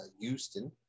Houston